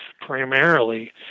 primarily